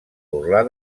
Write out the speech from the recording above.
burlar